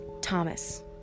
thomas